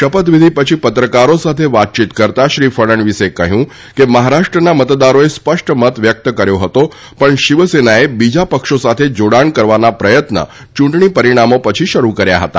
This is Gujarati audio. શપથવિધિ પછી પત્રકારો સાથે વાતયીત કરતાં શ્રી ફડણવીસે કહ્યું કે મહારાષ્ટ્રના મતદારોએ સ્પષ્ટ મત વ્યક્ત કર્યો હતો પણ શિવસેનાએ બીજા પક્ષો સાથે જોડાણ કરવાના પ્રયત્ન યૂંટણી પરિણામો પછી શરૂ કર્યા હતા